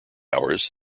hours